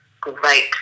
great